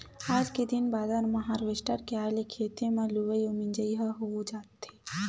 आज के दिन बादर म हारवेस्टर के आए ले खेते म लुवई अउ मिजई ह हो जावत हे